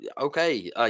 Okay